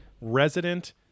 resident